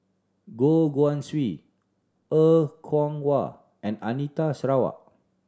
Goh Guan Siew Er Kwong Wah and Anita Sarawak